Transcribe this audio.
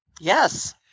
Yes